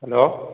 hello